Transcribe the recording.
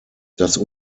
das